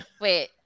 Wait